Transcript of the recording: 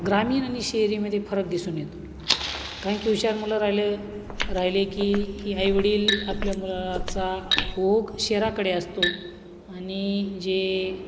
ग्रामीण आणि शहरीमध्ये फरक दिसून येतो कारण की हुशार मुलं राहिलं राहिले की आईवडील आपल्या मुलाचा ओघ शहराकडे असतो आणि जे